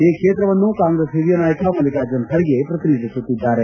ಈ ಕ್ಷೇತ್ರವನ್ನು ಕಾಂಗ್ರೆಸ್ ಹಿರಿಯ ನಾಯಕ ಮಲ್ಲಿಕಾರ್ಜುನ್ ಖರ್ಗೆ ಪ್ರತಿನಿಧಿಸುತ್ತಿದ್ದಾರೆ